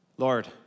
Lord